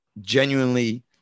genuinely